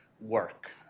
work